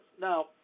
Now